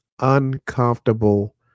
Uncomfortable